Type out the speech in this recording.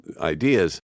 ideas